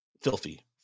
filthy